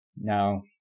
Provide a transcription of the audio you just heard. Now